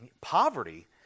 poverty